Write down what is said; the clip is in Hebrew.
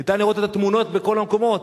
ניתן לראות את התמונות בכל המקומות,